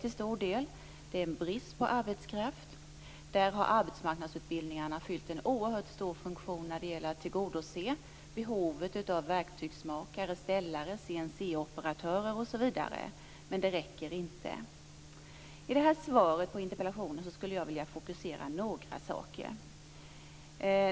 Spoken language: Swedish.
Där är det brist på arbetskraft, och där har arbetsmarknadsutbildningarna fyllt en oerhört stor funktion när det gäller att tillgodose behovet av verktygsmakare, ställare, CNC-operatörer osv. Men det räcker inte. I svaret på interpellationen vill jag fokusera några saker.